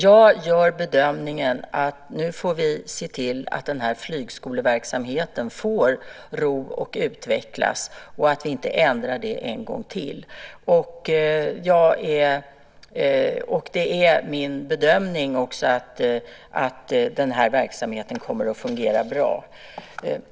Jag gör bedömningen att vi nu får se till att flygskoleverksamheten får ro att utvecklas och att vi inte ändrar detta en gång till. Det är också min bedömning att den verksamheten kommer att fungera bra.